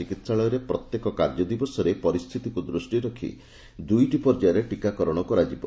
ଚିକିସାଳୟରେ ପ୍ରତ୍ୟେକ କାର୍ଯ୍ୟଦିବସରେ ପରିସ୍ଚିତିକୁ ଦୂଷ୍ଟିରେ ରଖି ଦୁଇଟି ପର୍ଯ୍ୟାୟରେ ଟିକାକରଣ କରାଯିବ